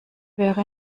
wäre